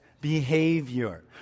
behavior